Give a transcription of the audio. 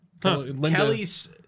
Kelly's